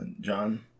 John